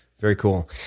very cool.